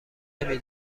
نمی